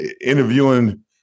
interviewing